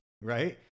right